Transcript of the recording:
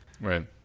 Right